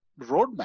roadmap